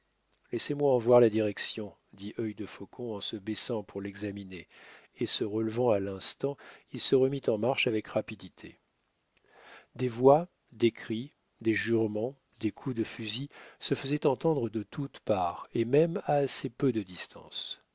laissez-moi en voir la direction dit œil de faucon en se baissant pour l'examiner et se relevant à l'instant il se remît en marche avec rapidité des voix des cris des jurements des coups de fusil se faisaient entendre de toutes parts et même à assez peu de distance